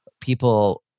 people